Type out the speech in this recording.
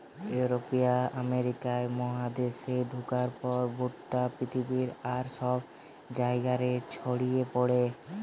ইউরোপীয়রা আমেরিকা মহাদেশে ঢুকার পর ভুট্টা পৃথিবীর আর সব জায়গা রে ছড়ি পড়ে